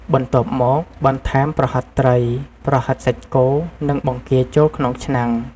បន្ទាប់មក បន្ថែម ប្រហិតត្រី ប្រហិតសាច់គោ និង បង្គា ចូលក្នុងឆ្នាំង។